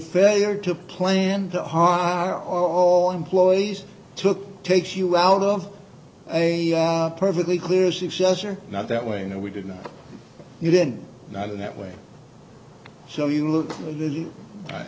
failure to plan to hire all employees took takes you out of a perfectly clear successor not that way no we didn't you didn't know that way so you